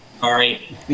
Sorry